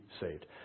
saved